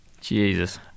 Jesus